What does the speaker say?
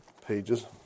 pages